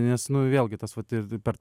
nes nu vėlgi tas vat ir per